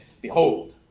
behold